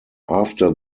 after